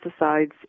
pesticides